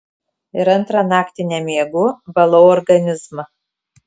ir antrą naktį nemiegu valau organizmą